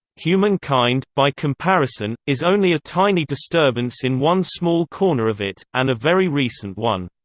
humankind, by comparison, is only a tiny disturbance in one small corner of it and a very recent one.